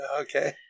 Okay